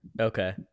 Okay